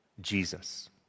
Jesus